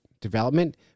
development